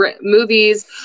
movies